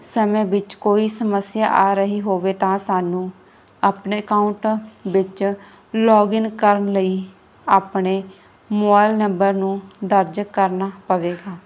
ਸਮੇਂ ਵਿੱਚ ਕੋਈ ਸਮੱਸਿਆ ਆ ਰਹੀ ਹੋਵੇ ਤਾਂ ਸਾਨੂੰ ਆਪਣੇ ਅਕਾਊਂਟ ਵਿੱਚ ਲੋਗਇਨ ਕਰਨ ਲਈ ਆਪਣੇ ਮੋਬਾਇਲ ਨੰਬਰ ਨੂੰ ਦਰਜ ਕਰਨਾ ਪਵੇਗਾ